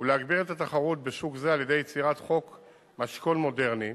ולהגביר את התחרות בשוק זה על-ידי יצירת חוק משכון מודרני,